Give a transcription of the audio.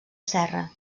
serra